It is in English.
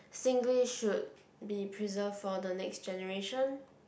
Singlish should be preserved for the next generation